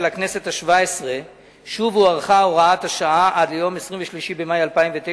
הכנסת השבע-עשרה שוב הוארכה הוראת השעה עד ליום 23 במאי 2009,